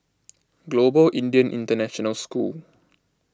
Global Indian International School